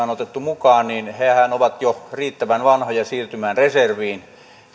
on otettu mukaan ovat jo riittävän vanhoja siirtymään reserviin